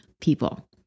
people